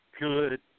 good